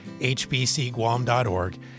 hbcguam.org